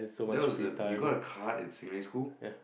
that was the you got a card in secondary school